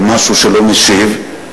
אל מישהו שלא משיב.